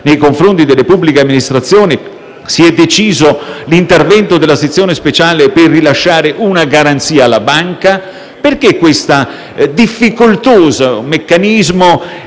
nei confronti delle pubbliche amministrazioni, si è deciso l'intervento della sezione speciale per rilasciare una garanzia alla banca? Perché questo difficoltoso meccanismo